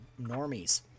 normies